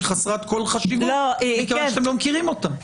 היא חסרת כל חשיבות מכיוון שאתם לא מכירים אותה.